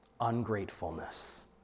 ungratefulness